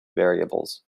variables